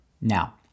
Now